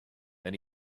then